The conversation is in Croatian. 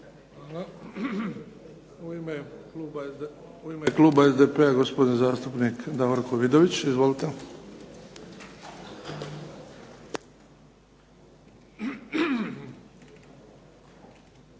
Hvala. U ime kluba SDP-a, gospodin zastupnik Davorko Vidović. Izvolite.